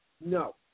no